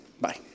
Bye